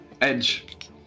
Edge